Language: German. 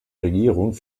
regierung